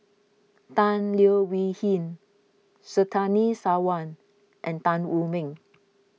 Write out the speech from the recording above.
Tan Leo Wee Hin Surtini Sarwan and Tan Wu Meng